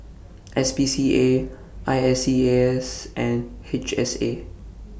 S P C A I S E A S and H S A